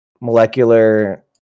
molecular